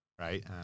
right